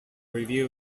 review